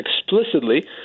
explicitly